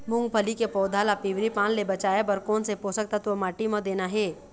मुंगफली के पौधा ला पिवरी पान ले बचाए बर कोन से पोषक तत्व माटी म देना हे?